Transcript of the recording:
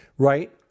Right